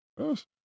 Yes